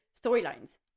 storylines